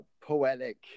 poetic